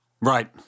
Right